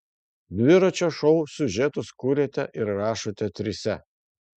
dviračio šou siužetus kuriate ir rašote trise